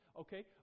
okay